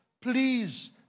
please